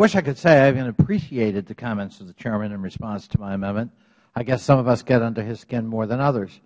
wish i could say i appreciated the comments of the chairman in response to my amendment i guess some of us get under his skin more than others